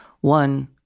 one